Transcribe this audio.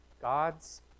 God's